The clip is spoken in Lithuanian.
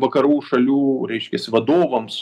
vakarų šalių reiškiasi vadovams